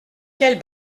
quelle